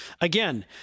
again